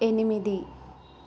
ఎనిమిది